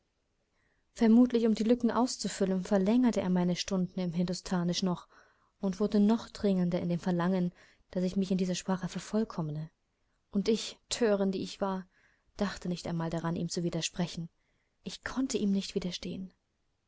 vermutlich um die lücken auszufüllen verlängerte er meine stunden im hindostanischen noch und wurde noch dringender in dem verlangen daß ich mich in dieser sprache vervollkomme und ich thörin die ich war dachte nicht einmal daran ihm zu widersprechen ich konnte ihm nicht widerstehen